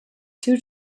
two